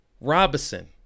Robinson